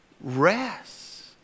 rest